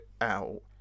out